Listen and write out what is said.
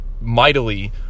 mightily